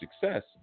success